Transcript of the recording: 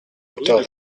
docteur